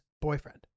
boyfriend